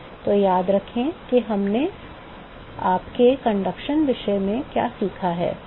तो याद रखें कि हमने आपके चालन विषय में क्या सीखा है